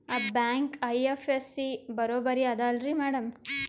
ಆ bank IFSC ಬರೊಬರಿ ಅದಲಾರಿ ಮ್ಯಾಡಂ?